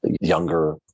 younger